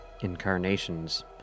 incarnations